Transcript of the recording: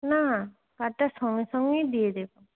না কার্ডটা সঙ্গে সঙ্গেই দিয়ে দেব